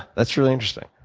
that's really interesting.